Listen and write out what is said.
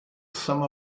some